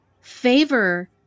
favor